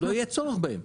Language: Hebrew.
לא יהיה צורך בהם.